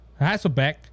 Hasselbeck